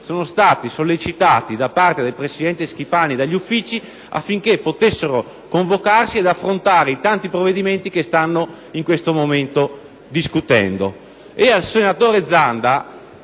sono stati sollecitati, da parte del presidente Schifani e degli Uffici, affinché potessero convocarsi per affrontare i tanti provvedimenti che in questo momento stanno